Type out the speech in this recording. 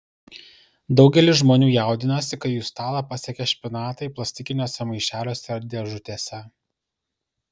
daugelis žmonių jaudinasi kai jų stalą pasiekia špinatai plastikiniuose maišeliuose ar dėžutėse